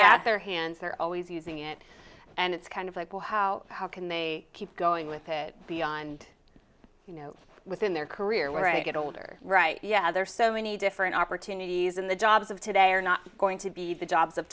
at their hands they're always using it and it's kind of like well how can they keep going with it beyond you know within their career where i get older right yeah there are so many different opportunities in the jobs of today are not going to be the jobs of